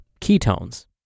ketones